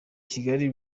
kigali